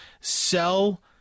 sell